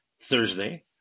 thursday